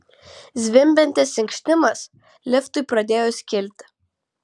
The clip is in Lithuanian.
zvimbiantis inkštimas liftui pradėjus kilti